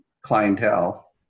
clientele